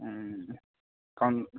কাৰণ